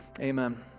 Amen